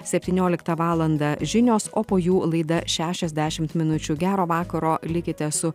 septynioliktą valandą žinios o po jų laida šešiasdešimt minučių gero vakaro likite su